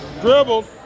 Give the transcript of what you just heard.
dribbled